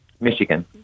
Michigan